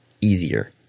easier